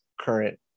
current